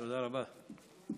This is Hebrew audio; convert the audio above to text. תודה רבה.